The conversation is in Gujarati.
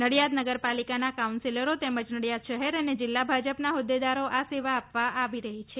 નડિયાદ નગરપાલિકાના કાઉન્સિલરો તેમજ નડિયાદ શહેર અને જિલ્લા ભાજપના હોદ્દેદારો દ્વારા સેવા આપવામાં આવી રહી છે